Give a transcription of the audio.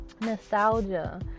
nostalgia